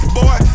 boy